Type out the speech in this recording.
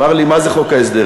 אמר לי: מה זה חוק ההסדרים?